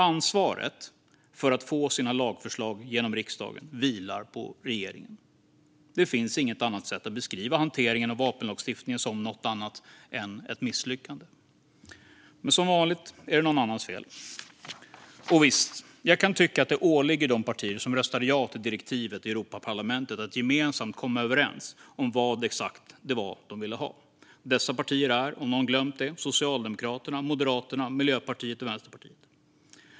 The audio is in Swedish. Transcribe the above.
Ansvaret för att få sina lagförslag att gå igenom i riksdagen vilar på regeringen. Det finns inget annat sätt att beskriva hanteringen av vapenlagstiftningen än som ett misslyckande. Men som vanligt är det någon annans fel. Visst kan jag tycka att det åligger de partier som röstade ja till direktivet i Europaparlamentet att gemensamt komma överens om exakt vad det var de ville ha. Dessa partier är - om någon har glömt det - Socialdemokraterna, Moderaterna, Miljöpartiet och Vänsterpartiet.